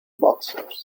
boxers